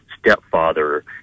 stepfather